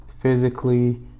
physically